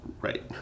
Right